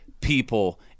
people